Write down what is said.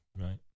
Right